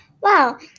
Wow